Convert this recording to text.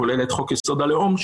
כולל את חוק יסוד: הלאום,